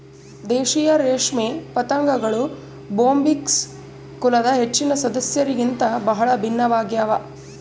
ದೇಶೀಯ ರೇಷ್ಮೆ ಪತಂಗಗಳು ಬೊಂಬಿಕ್ಸ್ ಕುಲದ ಹೆಚ್ಚಿನ ಸದಸ್ಯರಿಗಿಂತ ಬಹಳ ಭಿನ್ನವಾಗ್ಯವ